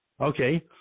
okay